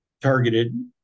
targeted